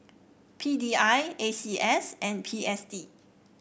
P D I A C S and P S D